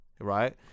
right